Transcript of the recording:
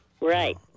Right